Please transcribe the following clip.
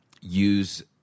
use